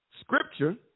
Scripture